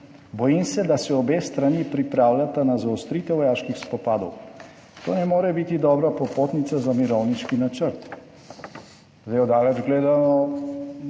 Bojim se, da se obe strani pripravljata na zaostritev vojaških spopadov." To ne more biti dobra popotnica za mirovniški načrt.